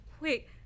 Wait